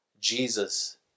Jesus